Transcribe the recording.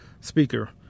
speaker